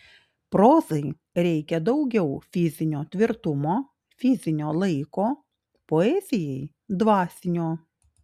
prozai reikia daugiau fizinio tvirtumo fizinio laiko poezijai dvasinio